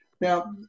Now